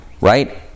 Right